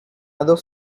other